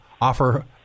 offer